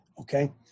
Okay